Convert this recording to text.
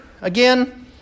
again